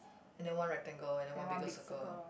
and then one rectangle and then one bigger circle